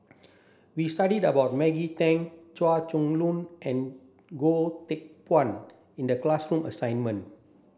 we studied about Maggie Teng Chua Chong Long and Goh Teck Phuan in the classroom assignment